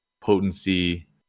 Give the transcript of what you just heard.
potency